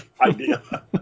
idea